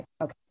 okay